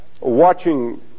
watching